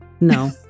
No